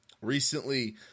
recently